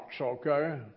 okay